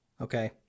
Okay